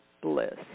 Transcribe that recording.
bliss